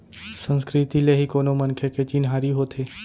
संस्कृति ले ही कोनो मनखे के चिन्हारी होथे